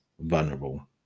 vulnerable